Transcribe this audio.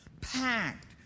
packed